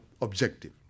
objective